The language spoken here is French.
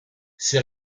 ses